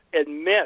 admit